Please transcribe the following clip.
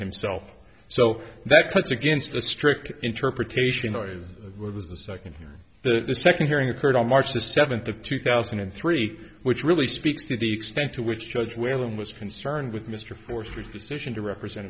himself so that cuts against the strict interpretation noise of the second for the second hearing occurred on march the seventh of two thousand and three which really speaks to the extent to which judge whalen was concerned with mr forster decision to represent